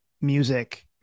music